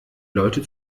leute